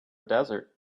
desert